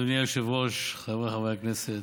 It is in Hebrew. אדוני היושב-ראש, חבריי חברי הכנסת,